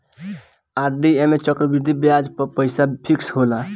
RD में चक्रवृद्धि बियाज पअ पईसा फिक्स होला